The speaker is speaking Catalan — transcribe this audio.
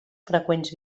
freqüents